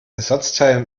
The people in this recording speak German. ersatzteil